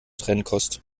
trennkost